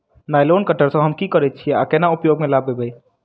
Nylon cutter सँ हम की करै छीयै आ केना उपयोग म लाबबै?